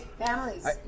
families